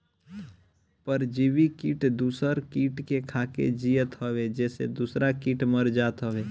परजीवी किट दूसर किट के खाके जियत हअ जेसे दूसरा किट मर जात हवे